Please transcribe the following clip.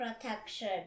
protection